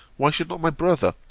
why should not my brother,